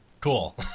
cool